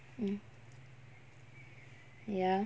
mm ya